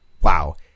wow